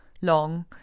long